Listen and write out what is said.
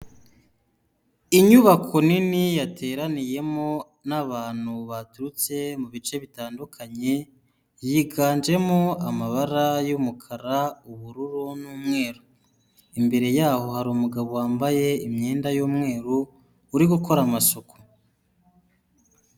Inyubako nini yateraniyemo n'abantu baturutse mu bice bitandukanye, yiganjemo amabara y'umukara, ubururu n'umweru, imbere yaho hari umugabo wambaye imyenda y'umweru uri gukora amasuku.